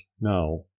now